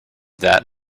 that